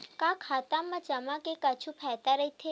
का खाता मा जमा के कुछु फ़ायदा राइथे?